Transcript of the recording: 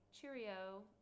Cheerio